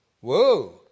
Whoa